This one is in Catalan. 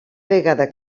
vegada